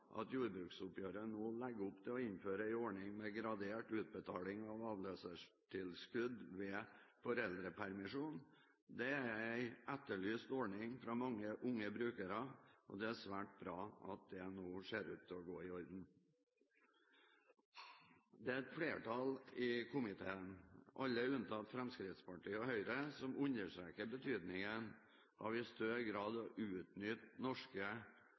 at jordbruksoppgjøret nå legger opp til å innføre en ordning med gradert utbetaling av avløsertilskudd ved foreldrepermisjon. Det er en etterlyst ordning fra mange unge brukere, og det er svært bra at det nå ser ut til å gå i orden. Det er et flertall i komiteen, alle unntatt Fremskrittspartiet og Høyre, som understreker betydningen av i større grad å utnytte norske